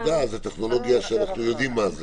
ותעודה זו טכנולוגיה שאנחנו יודעים מה זו.